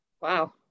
Wow